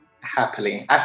happily